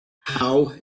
how